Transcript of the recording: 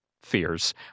fears